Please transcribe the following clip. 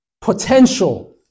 potential